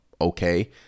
okay